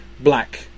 black